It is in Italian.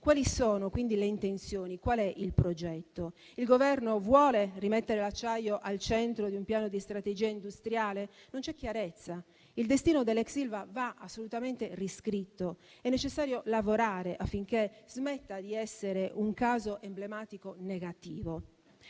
Quali sono quindi le intenzioni? Qual è il progetto? Il Governo vuole rimettere l'acciaio al centro di un piano di strategia industriale? Non c'è chiarezza. Il destino dell'ex Ilva va assolutamente riscritto. È necessario lavorare affinché smetta di essere un caso emblematico negativo.